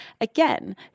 Again